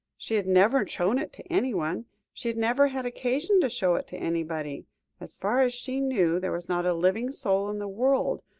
she had never shown it to anyone she had never had occasion to show it to anybody as far as she knew, there was not a living soul in the world,